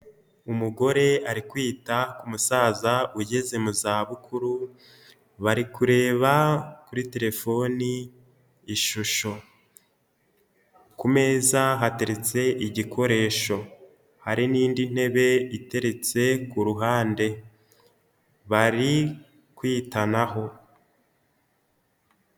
Umugore ari kwita ku musaza ugeze mu za bukuru, bari kureba kuri terefone ishusho, ku meza hateretse igikoresho, hari n'indi ntebe iteretse ku ruhande, bari kwitanaho.